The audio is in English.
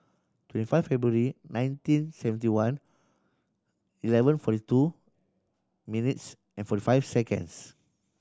twenty five February nineteen seventy one eleven forty two minutes and forty five seconds